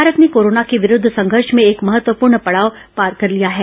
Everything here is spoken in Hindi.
भारत ने कोरोना के विरुद्ध संघर्ष में एक महत्वपूर्ण पड़ाव पार कर लिया है